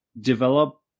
develop